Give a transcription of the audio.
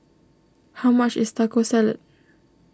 how much is Taco Salad